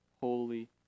holy